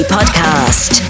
Podcast